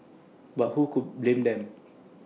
but who could blame them